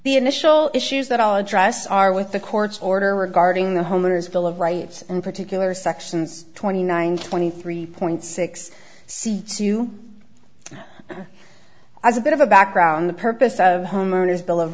the initial issues that i'll address are with the court's order regarding the homeowners bill of rights in particular sections twenty nine twenty three point six c two as a bit of a background the purpose of homeowners